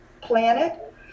planet